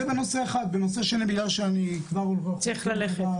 נושא נוסף,